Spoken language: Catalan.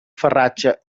farratge